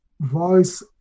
voice